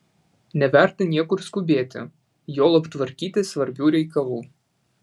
neverta niekur skubėti juolab tvarkyti svarbių reikalų